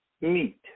meat